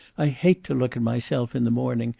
i hate to look at myself in the morning.